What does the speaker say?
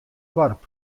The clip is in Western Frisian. doarp